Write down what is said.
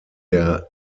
der